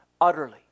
Utterly